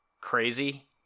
crazy